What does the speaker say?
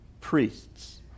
priests